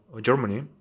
Germany